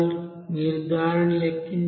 మీరు దానిని లెక్కించాలి